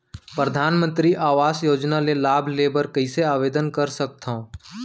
परधानमंतरी आवास योजना के लाभ ले बर कइसे आवेदन कर सकथव?